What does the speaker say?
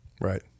Right